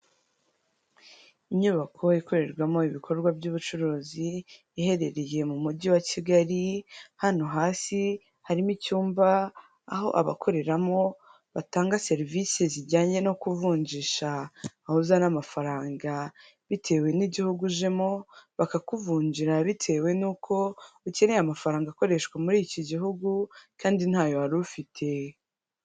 Inyubako ikorerwamo ibikorwa by'ubucuruzi, iherereye mu mujyi wa Kigali, hano hasi harimo icyumba aho abakoreramo batanga serivisi zijyanye no kuvunjisha. Aho uzana amafaranga bitewe n'igihugu ujemo, bakakuvunjira bitewe n'uko ukeneye amafaranga akoreshwa muri icyo gihugu kandi ntayo wari ufite.